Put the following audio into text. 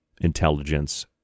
intelligence